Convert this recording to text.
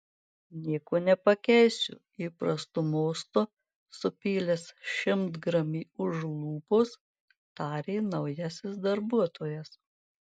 nieko nepakeisiu įprastu mostu supylęs šimtgramį už lūpos tarė naujasis darbuotojas